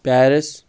Paris